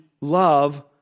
love